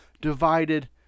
divided